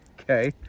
Okay